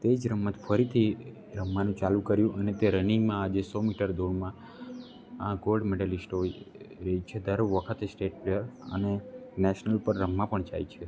તે જ રમત ફરીથી રમવાનું ચાલુ કર્યું અને તે રનીંગમાં આજે સો મીટર દોડમાં આ ગોલ્ડ મેડલિસ્ટ હોય છે દર વખતે સ્ટેટ અને નેશનલ પર રમવા પણ જાય છે